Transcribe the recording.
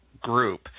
group